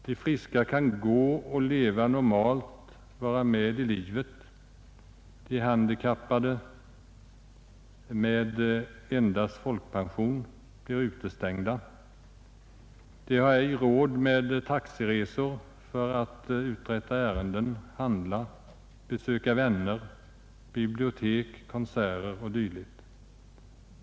De friska kan gå och leva normalt, vara med i livet, de handikappade med endast folkpension blir utestängda. De har ej råd med taxiresor för att uträtta ärenden, handla, besöka vänner, bibliotek, konserter o. d.